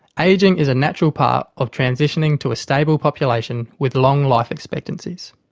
ageing is a natural part of transitioning to a stable population with long life expectancies.